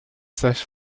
sages